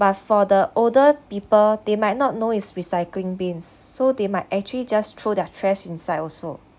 but for the older people they might not know is recycling bins so they might actually just throw their trash inside also